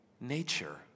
nature